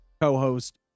co-host